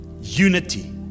Unity